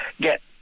get